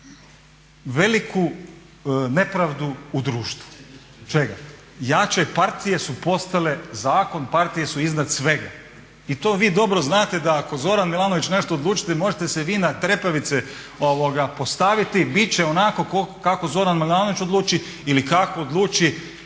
veliku nepravdu u društvu. Čega? Jače partije su postale zakon, partije su iznad svega i to vi jako dobro znate da ako Zoran Milanović nešto odluči možete se vi na trepavice postaviti, bit će onako kako Zoran Milanović odluči ili kako odluči